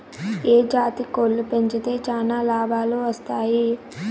ఏ జాతి కోళ్లు పెంచితే చానా లాభాలు వస్తాయి?